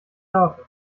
daten